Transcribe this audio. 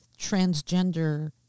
transgender